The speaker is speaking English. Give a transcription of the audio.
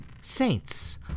saints